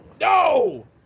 No